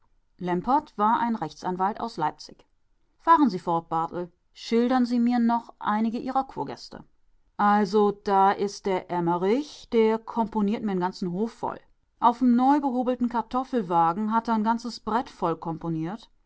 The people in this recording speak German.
war ein rechtsanwalt aus leipzig fahren sie fort barthel schildern sie mir noch einige ihrer kurgäste also da ist der emmerich der komponiert mir n ganzen hof voll auf'm neubehobelten kartoffelwagen hat a n ganzes brett vollkomponiert er komponiert